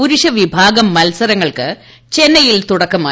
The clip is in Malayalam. പുരുഷവിഭാഗം മത്സരങ്ങൾക്ക് ച്ചെന്നൈയിൽ തുടക്കമായി